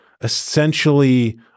essentially